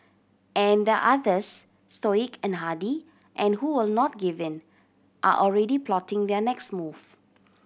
and there are others stoic and hardy and who will not give in are already plotting their next move